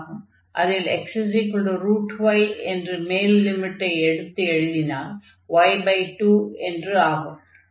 அதில் xy என்ற மேல் லிமிட்டை எடுத்து எழுதினால் y2 என்று ஆகும்